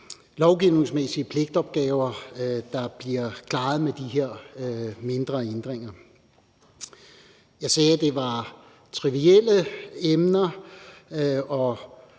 lovgivningsmæssige pligtopgaver, der bliver klaret med de her mindre ændringer. Jeg sagde, at det var trivielle emner